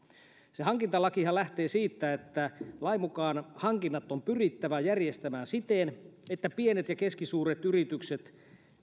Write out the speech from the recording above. hankintalakihan lähtee siitä että lain mukaan hankinnat on pyrittävä järjestämään siten että pienet ja keskisuuret yritykset